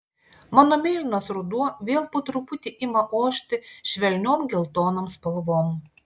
mano mėlynas ruduo vėl po truputį ima ošti švelniom geltonom spalvom